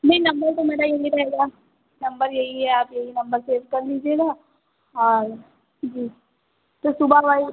नहीं नंबर तो मेरा यहीं रहेगा नंबर यही है आप यहीं नंबर सेभ कर लीजिएगा और जी तो सुबह वही